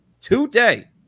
today